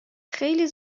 خیلی